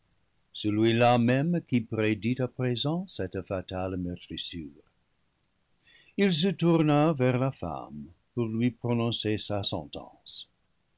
celui-là même qui prédit à présent cette fatale meurtrissure il se tourna vers la femme pour lui prononcer sa sentence